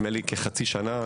כחצי שנה.